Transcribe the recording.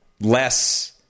less